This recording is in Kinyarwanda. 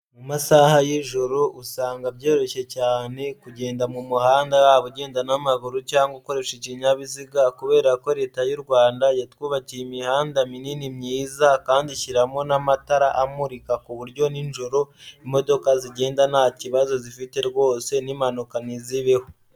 Mu masaha y'ijoro usanga byoroshye cyane kugenda mu muhanda, yaba ugenda n'amaguru cyangwa ukoresha ikinyabiziga kubera ko Leta y'u Rwanda yatwubakiye imihanda minini myiza kandi ishyiramo n'amatara amurika, ku buryo nijoro imodoka zigenda nta kibazo zifite rwose n'impanuka ntizibeho.